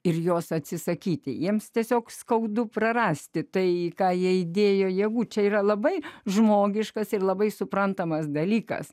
ir jos atsisakyti jiems tiesiog skaudu prarasti tai ką jie įdėjo jėgų čia yra labai žmogiškas ir labai suprantamas dalykas